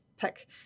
pick